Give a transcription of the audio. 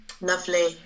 Lovely